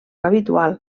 habitual